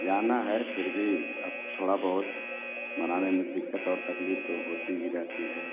जाना है फिर भी अब थोड़ा बहुत बनाने में दिक्कत और तकलीफ़ तो होती ही रहती है